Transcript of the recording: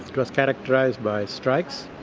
was characterised by strikes,